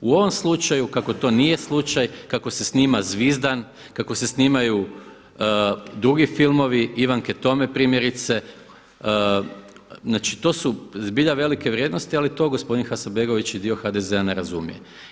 U ovom slučaju kako to nije slučaj, kako se snima Zvizdan, kako se snimaju drugi filmovi Ivanke Tome primjerice, znači to su zbilja velike vrijednosti ali to gospodin Hasanbegović i dio HDZ-a ne razumije.